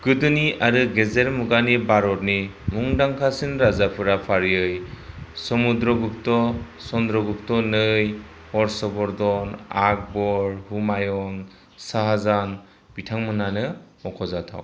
गोदोनि आरो गेजेर मुगानि भारतनि मुदांखासिन राजाफोरा फारियै समुद्रगुप्ता चनद्रगुप्ता नै हर्षवर्धन आकबर हुमायुं शाहजहाँ बिथांमोनानो मख'जाथाव